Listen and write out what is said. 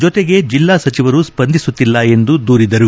ಜೊತೆಗೆ ಜಿಲ್ಲಾ ಸಚಿವರು ಸ್ಪಂದಿಸುತ್ತಿಲ್ಲ ಎಂದು ದೂರಿದರು